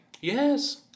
Yes